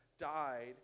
died